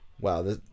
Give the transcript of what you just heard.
Wow